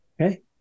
Okay